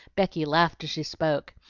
becky laughed as she spoke,